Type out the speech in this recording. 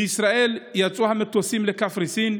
מישראל יצאו המטוסים לקפריסין,